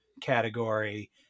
category